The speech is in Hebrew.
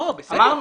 אמרנו.